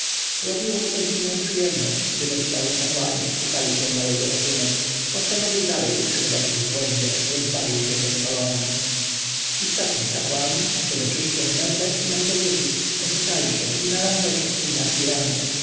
robiło mu to dziwną przyjemność gdy myślał że kapłani oszukali się na jego rachunek postanowił i nadal utrzymywać ich w błędzie więc bawił się jak szalony istotnie kapłani a przedewszystkiem mefres i mentezufis oszukali się i na ramzesie i na